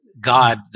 God